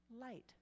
light